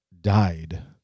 died